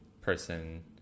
person